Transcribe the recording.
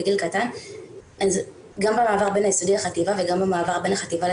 גם המעבר בין היסודי לחטיבה וגם המעבר בין